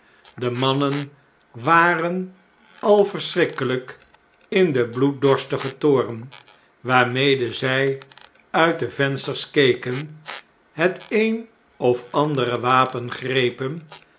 de mannen waren al verschrikkelgk in den bloeddorstigen toorn waarmede zij uitdevensters keken het een of andere wapen grepen